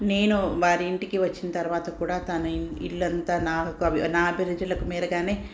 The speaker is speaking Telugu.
నేను వారి ఇంటికి వచ్చిన తర్వాత కూడా తను ఇల్లంతా నా ఒక నా అభిరుచులకు మెరగానే